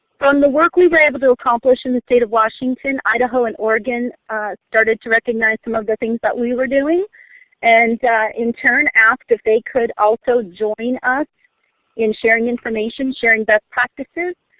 from the work we were able to accomplish in the state of washington, idaho and oregon started to recognize some of the things that we were doing and in turn, asked if they could also join us in sharing information, sharing best practices.